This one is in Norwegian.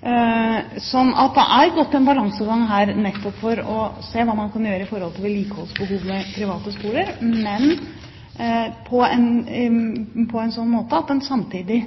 Det er gått en balansegang her nettopp for å se hva man kan gjøre med vedlikeholdsbehovet i private skoler, men på en sånn måte at man samtidig